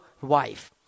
wife